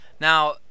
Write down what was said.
Now